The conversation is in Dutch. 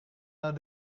naar